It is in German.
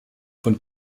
von